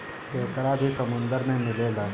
केकड़ा भी समुन्द्र में मिलेला